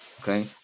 Okay